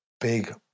big